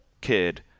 kid